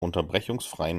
unterbrechungsfreien